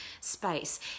space